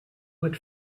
would